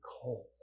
cold